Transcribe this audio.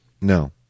No